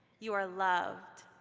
you are loved.